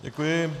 Děkuji.